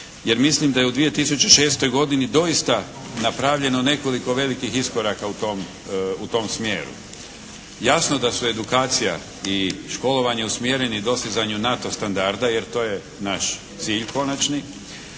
jer mislim da je u 2006. godini doista napravljeno nekoliko velikih iskoraka u tom smjeru. Jasno da su edukacija i školovanje usmjereni dostizanju NATO standarda, jer to je naš cilj konačni,